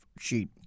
sheet